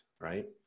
right